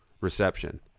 reception